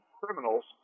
criminals